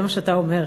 זה מה שאתה אומר.